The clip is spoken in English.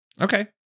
okay